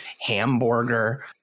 hamburger